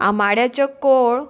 आमाड्याचो कोळ